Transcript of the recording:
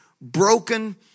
broken